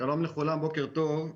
שלום לכולם, בוקר טוב.